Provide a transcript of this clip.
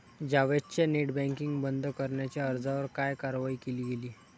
जावेदच्या net banking बंद करण्याच्या अर्जावर काय कारवाई केली गेली?